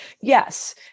yes